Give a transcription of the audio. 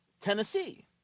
Tennessee